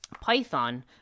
Python